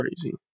crazy